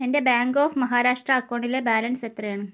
എൻ്റെ bank of Maharashtra അക്കൗണ്ടിലെ balance എത്രയാണ്